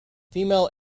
female